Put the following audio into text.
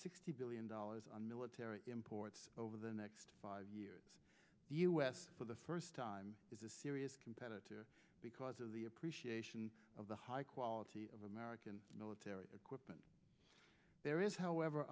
sixty billion dollars on military imports over the next five years the u s for the first time is a serious competitor because of the appreciation of the high quality of american military equipment there is however